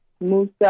Musa